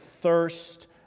thirst